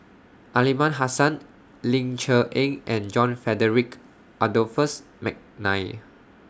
Aliman Hassan Ling Cher Eng and John Frederick Adolphus Mcnair